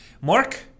mark